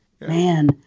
Man